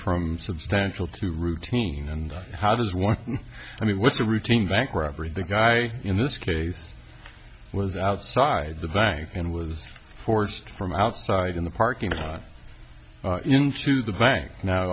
from substantial to routine and how does one i mean what's a routine bank robbery the guy in this case was outside the bank and was forced from outside in the parking lot into the bank now